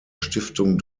stiftung